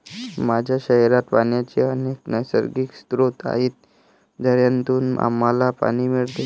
माझ्या शहरात पाण्याचे अनेक नैसर्गिक स्रोत आहेत, झऱ्यांतून आम्हाला पाणी मिळते